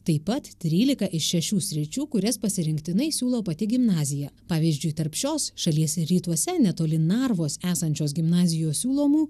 taip pat trylika iš šešių sričių kurias pasirinktinai siūlo pati gimnazija pavyzdžiui tarp šios šalies rytuose netoli narvos esančios gimnazijos siūlomų